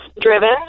Driven